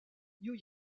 new